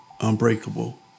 Unbreakable